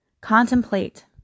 contemplate